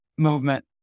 movement